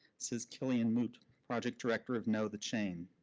says killian moot, project director of know the chain.